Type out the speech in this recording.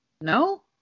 No